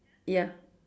ya